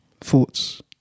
thoughts